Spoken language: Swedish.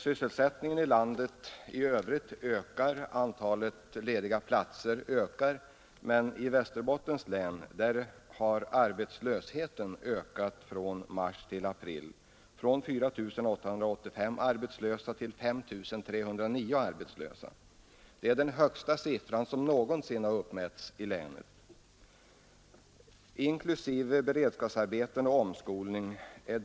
Sysselsättningen och antalet lediga platser i landet i övrigt ökar, men i Västerbottens län har arbetslösheten stigit under perioden mars — april från 4 885 till 5 309 arbetslösa. Det senare talet är det högsta som någonsin har uppmätts i länet.